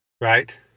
right